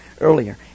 Earlier